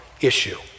issue